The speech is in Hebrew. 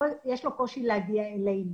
יש לו קושי להגיע אלינו